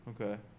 Okay